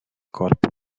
corpo